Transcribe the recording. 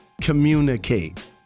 Communicate